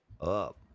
up